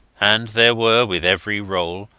and there were, with every roll,